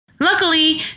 Luckily